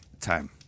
time